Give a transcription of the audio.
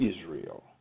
Israel